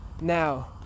now